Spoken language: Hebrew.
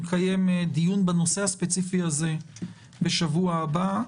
נקיים דיון בנושא הספציפי הזה בשבוע הבא,